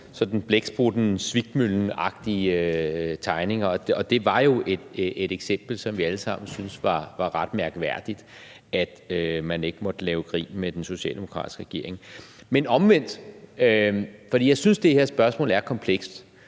sådan Blæksprutten-Svikmøllenagtige tegninger. Og det var jo et eksempel, som vi alle sammen syntes var ret mærkværdigt, altså at man ikke måtte lave grin med den socialdemokratiske regering. Jeg synes, det her spørgsmål er komplekst,